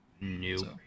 New